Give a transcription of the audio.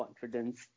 confidence